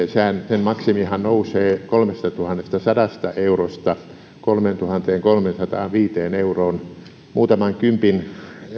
sen maksimihan nousee kolmestatuhannestasadasta eurosta kolmeentuhanteenkolmeensataanviiteen euroon muutaman kympin